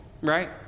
right